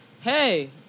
hey